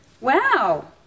Wow